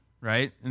right